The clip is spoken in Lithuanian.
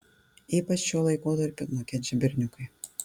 ypač šiuo laikotarpiu nukenčia berniukai